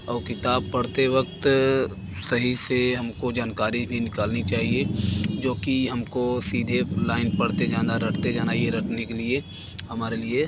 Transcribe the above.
और किताब पढ़ते वक़्त सही से हम को जानकारी भी निकालनी चाहिए जो कि हम को सीधे लाइन पढ़ते जाना रटते जाना ये रटने के लिए हमारे लिए